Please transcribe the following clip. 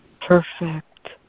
perfect